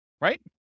right